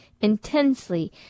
intensely